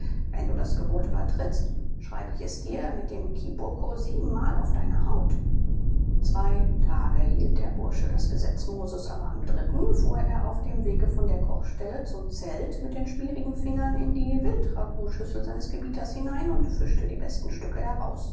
wenn du das gebot übertrittst schreibe ich es dir mit dem kiboko siebenmal auf deine haut zwei tage hielt der bursche das gesetz moses aber am dritten fuhr er auf dem wege von der kochstelle zum zelt mit den schmierigen fingern in die wildragoutschüssel seines gebieters hinein und fischte die besten stücke heraus